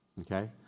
okay